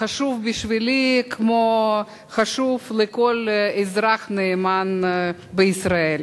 חשוב בשבילי כמו שהוא חשוב לכל אזרח נאמן בישראל.